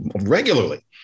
regularly